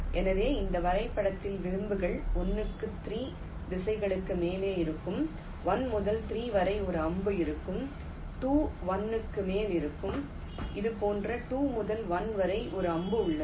எனவே இந்த வரைபடத்தில் விளிம்புகள் 1 க்கு 3 திசைகளுக்கு மேல் இருக்கும் 1 முதல் 3 வரை ஒரு அம்பு இருக்கும் 2 1 க்கு மேல் இருக்கும் இது போன்ற 2 முதல் 1 வரை ஒரு அம்பு உள்ளது